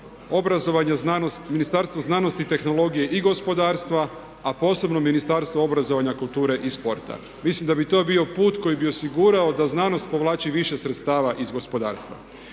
obrazovanja, znanosti, tehnologije i gospodarstva a posebno Ministarstvo obrazovanja, kulture i sporta. Mislim da bi to bio put koji bi osigurao da znanost povlači više sredstava iz gospodarstva.